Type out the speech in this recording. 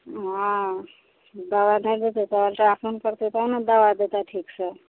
हँ दवाइ नहि देतै तऽ अल्ट्रासाउण्ड करतै तब ने दवाइ देतै ठीकसे